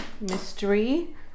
mystery